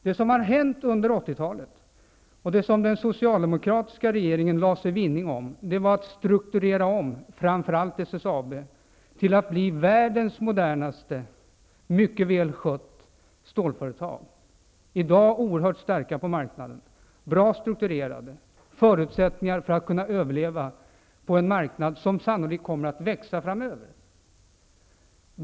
Det som har hänt under 80-talet och det som den socialdemokratiska regeringen lade sig vinn om var att strukturera om framför allt SSAB till att bli världens modernaste och ett mycket välskött stålföretag, som i dag är oerhört starkt på marknaden, bra strukturerat, med goda förutsättningar för att överleva på en marknad som sannolikt kommer att växa framöver.